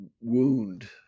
wound